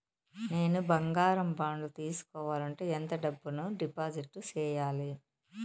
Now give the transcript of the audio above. నేను బంగారం బాండు తీసుకోవాలంటే ఎంత డబ్బును డిపాజిట్లు సేయాలి?